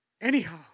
anyhow